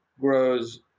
grows